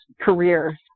career